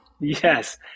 Yes